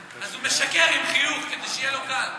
אז הוא משקר עם חיוך, כדי שיהיה לו קל,